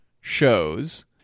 shows